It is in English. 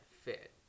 fit